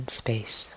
space